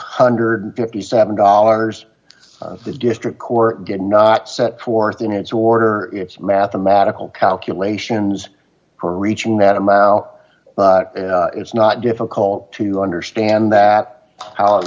hundred and fifty seven dollars the district court did not set forth in its order its mathematical calculations for reaching that amount is not difficult to understand that how i